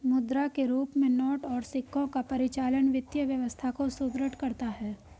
मुद्रा के रूप में नोट और सिक्कों का परिचालन वित्तीय व्यवस्था को सुदृढ़ करता है